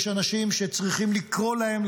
יש אנשים שצריכים לקרוא להם,